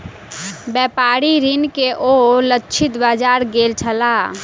व्यापारिक ऋण के ओ लक्षित बाजार गेल छलाह